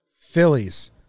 Phillies